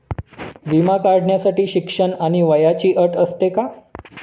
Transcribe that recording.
विमा काढण्यासाठी शिक्षण आणि वयाची अट असते का?